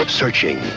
searching